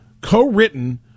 co-written